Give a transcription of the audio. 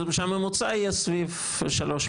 זאת אומרת הממוצע 3,100,